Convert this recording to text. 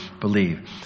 believe